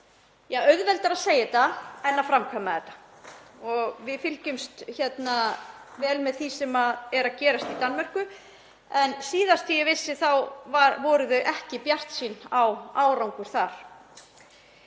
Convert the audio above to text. er auðveldara að segja þetta en að framkvæma þetta. Við fylgjumst vel með því sem er að gerast í Danmörku. Síðast þegar ég vissi þá voru þau ekki bjartsýn á árangur þar.